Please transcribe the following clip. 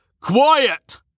Quiet